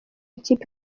ikipe